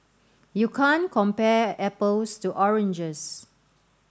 you can't compare apples to oranges